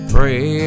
Pray